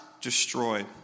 destroyed